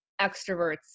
extroverts